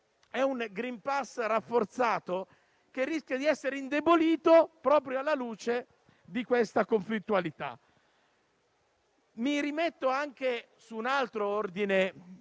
È un *green pass* rafforzato che rischia di essere indebolito proprio alla luce di questa conflittualità. Mi rimetto anche a un altro ordine